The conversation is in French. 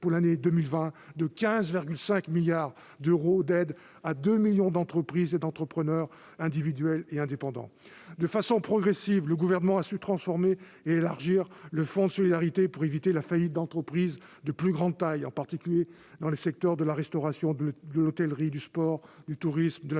31 décembre 2020, de 11,8 milliards d'euros d'aides à 1,8 million d'entreprises et d'entrepreneurs individuels et indépendants. » De façon progressive, le Gouvernement a su transformer et élargir le fonds de solidarité pour éviter la faillite d'entreprises de plus grande taille, en particulier dans les secteurs de la restauration, de l'hôtellerie, du sport, du tourisme, de la culture